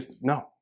No